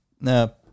No